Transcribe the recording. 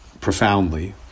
profoundly